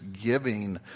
giving